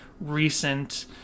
recent